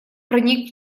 проник